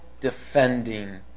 defending